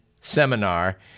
seminar